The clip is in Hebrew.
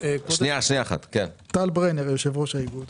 טל ברנר מאיגוד